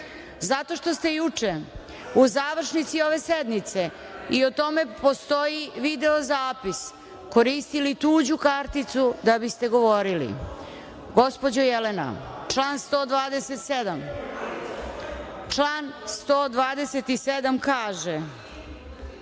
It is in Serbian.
zato što ste juče u završnici ove sednice, i o tome postoji video zapis, koristili tuđu karticu da biste govorili. Gospođo Jelena, član 127. kaže,